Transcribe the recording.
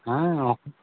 ఒ